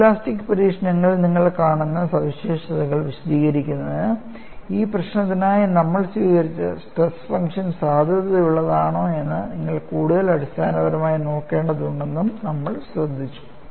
photoelastic പരീക്ഷണങ്ങളിൽ നിങ്ങൾ കാണുന്ന സവിശേഷതകൾ വിശദീകരിക്കുന്നതിന് ഈ പ്രശ്നത്തിനായി നമ്മൾ സ്വീകരിച്ച സ്ട്രെസ് ഫംഗ്ഷൻ സാധുതയുള്ളതാണോയെന്ന് നിങ്ങൾ കൂടുതൽ അടിസ്ഥാനപരമായി നോക്കേണ്ടതുണ്ടെന്നും നമ്മൾ ശ്രദ്ധിച്ചു